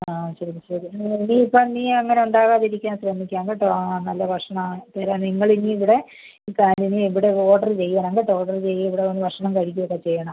ആ ശരി ശരി ആ ഇനി ഇപ്പം എനി അങ്ങനെ ഉണ്ടാവാതിരിക്കാൻ ശ്രമിക്കാം കേട്ടോ ആ ആ നല്ല ഭക്ഷണം പിന്നെ നിങ്ങൾ ഇനി ഇവിടെ കാര്യം ഇനി ഇവിടെ ഓർഡറ് ചെയ്യണം കേട്ടോ ഓർഡറ് ചെയ്യുകയും ഇവിടെ വന്ന് ഭക്ഷണം കഴിക്കുക ഒക്കെ ചെയ്യണം